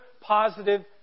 positive